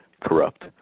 corrupt